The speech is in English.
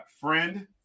friend